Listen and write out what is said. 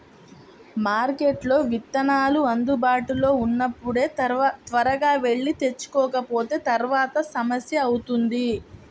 మార్కెట్లో విత్తనాలు అందుబాటులో ఉన్నప్పుడే త్వరగా వెళ్లి తెచ్చుకోకపోతే తర్వాత సమస్య అవుతుంది